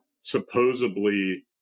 supposedly